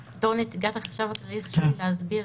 כנציגת החשב הכללי חשוב לי להסביר